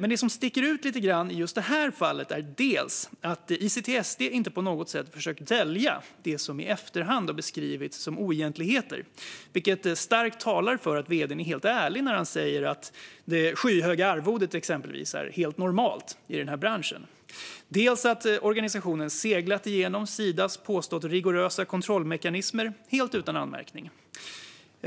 men det som sticker ut lite grann i just det här fallet är dels att ICTSD inte på något sätt försökt dölja det som i efterhand har beskrivits som oegentligheter - vilket starkt talar för att Ortiz är helt ärlig när han hävdar att det skyhöga arvodet är helt normalt inom branschen - dels att organisationen seglat igenom Sidas påstått rigorösa kontrollmekanismer helt utan anmärkning.